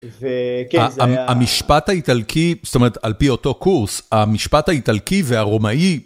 המשפט האיטלקי זאת אומרת על פי אותו קורס המשפט האיטלקי והרומאי.